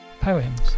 poems